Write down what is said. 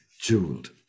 jeweled